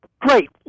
Great